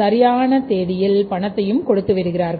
சரியான தேதியில் பணத்தையும் கொடுத்து விடுகிறார்கள்